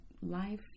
life